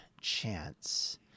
chance